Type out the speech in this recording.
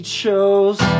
shows